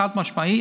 חד-משמעית,